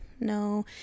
No